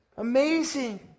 Amazing